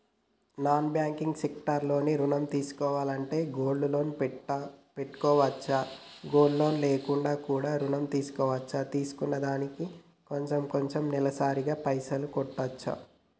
Non banking sector లో ఋణం తీసుకోవాలంటే గోల్డ్ లోన్ పెట్టుకోవచ్చా? గోల్డ్ లోన్ లేకుండా కూడా ఋణం తీసుకోవచ్చా? తీసుకున్న దానికి కొంచెం కొంచెం నెలసరి గా పైసలు కట్టొచ్చా?